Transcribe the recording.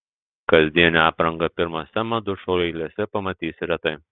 kasdienę aprangą pirmose madų šou eilėse pamatysi retai